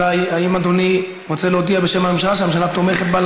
אזיי האם אדוני רוצה להודיע בשם הממשלה שהממשלה תומכת בה,